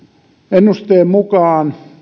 ennusteen mukaan